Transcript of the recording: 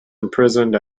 imprisoned